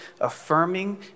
affirming